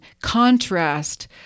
contrast